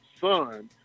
son